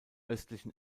östlichen